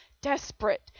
desperate